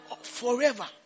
forever